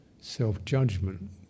self-judgment